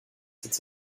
cette